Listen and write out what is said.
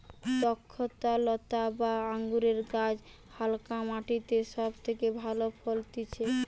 দ্রক্ষলতা বা আঙুরের গাছ হালকা মাটিতে সব থেকে ভালো ফলতিছে